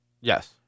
Yes